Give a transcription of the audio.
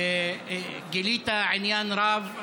גילית עניין רב,